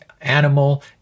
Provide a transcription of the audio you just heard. animal